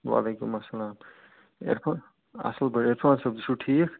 وَعلیکُم السلام اِرفان اصٕل پٲٹھۍ اِرفان صٲب تُہۍ چھُو ٹھیک